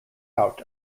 out